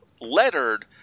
lettered